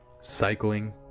cycling